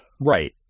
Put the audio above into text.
Right